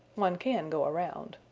one can go around.